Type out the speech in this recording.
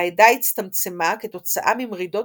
העדה הצטמצמה כתוצאה ממרידות